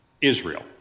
Israel